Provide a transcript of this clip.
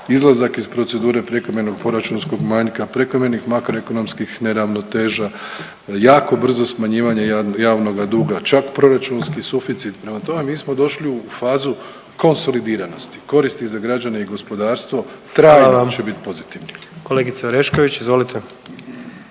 izlazak iz procedure prekomjernog proračunskog manjka, prekomjernih makroekonomskih neravnoteža, jako brzo smanjivanje javnoga duga, čak proračunski suficit. Prema tome, mi smo došli u fazu konsolidiranosti koristi za građane i gospodarstvo trajno će biti pozitivni. **Jandroković, Gordan